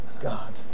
God